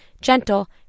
gentle